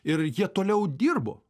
ir jie toliau dirbo